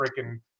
freaking